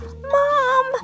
Mom